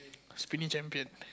spinning champion